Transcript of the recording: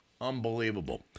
unbelievable